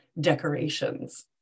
decorations